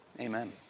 Amen